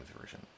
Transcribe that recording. Version